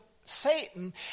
Satan